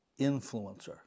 influencer